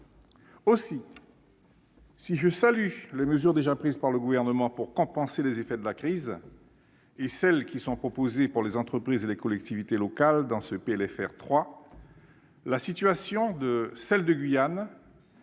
Aussi, si je salue les mesures déjà prises par le Gouvernement pour compenser les effets de la crise et celles qui sont proposées dans ce PLFR 3 pour les entreprises et les collectivités locales, la situation des collectivités de Guyane